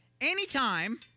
Anytime